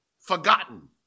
forgotten